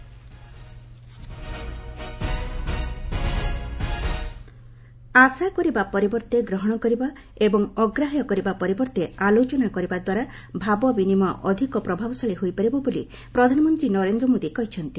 PM Mann Ki Baat ଆଶା କରିବା ପରିବର୍ତ୍ତେ ଗ୍ରହଣ କରିବା ଏବଂ ଅଗ୍ରାହ୍ୟ କରିବା ପରିବର୍ତ୍ତେ ଆଲୋଚନା କରିବାଦ୍ୱାରା ଭାବ ବିନିମୟ ଅଧିକ ପ୍ରଭାବଶାଳୀ ହୋଇପାରିବ ବୋଲି ପ୍ରଧାନମନ୍ତ୍ରୀ ନରେନ୍ଦ୍ର ମୋଦି କହିଛନ୍ତି